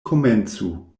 komencu